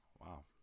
wow